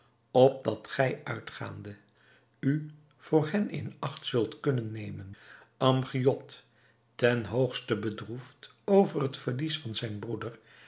opdat gij uitgaande u voor hen in acht zult kunnen nemen amgiad ten hoogste bedroefd over het verlies van zijn broeder